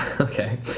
okay